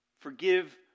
forgive